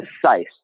precise